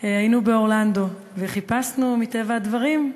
היינו באורלנדו וחיפשנו, מטבע הדברים,